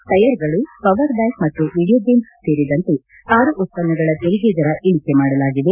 ಟೈಯರ್ಗಳು power bank ಮತ್ತು video games ಸೇರಿದಂತೆ ಆರು ಉತ್ಪನ್ನಗಳ ತೆರಿಗೆ ದರ ಇಳಕೆ ಮಾಡಲಾಗಿದೆ